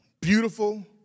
beautiful